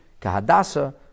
Kahadasa